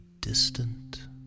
distant